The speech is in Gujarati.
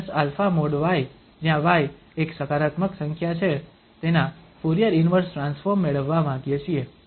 તેથી અહીં આપણે e−α|y| જ્યાં y એક સકારાત્મક સંખ્યા છે તેના ફુરીયર ઇન્વર્સ ટ્રાન્સફોર્મ મેળવવા માગીએ છીએ